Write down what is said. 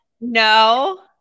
No